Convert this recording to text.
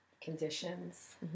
conditions